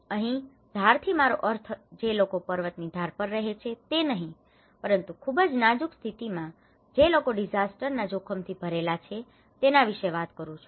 અહીં ધારથી મારો અર્થ જે લોકો પર્વત ની ધાર ઉપર રહે છે તે નહિ પરંતુ ખુબજ નાજુક સ્થિતિમાં જે લોકો ડિઝાસ્ટર ના જોખમો થી ભરેલા છે તેના વિશે વાત કરી રહ્યો છું